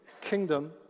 kingdom